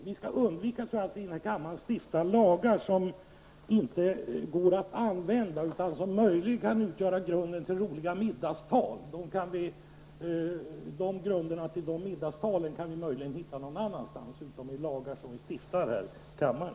Vi måste undvika att i denna kammare stifta lagar som inte går att använda utan som möjligen kan utgöra grunden till roliga middagstal. Underlaget till middagstalen kan vi möjligen hitta någon annanstans än i lagar som vi stiftar här i kammaren.